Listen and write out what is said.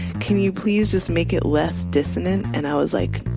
can you please just make it less dissonant? and i was like,